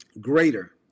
greater